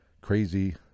crazy